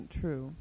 true